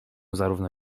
zarówno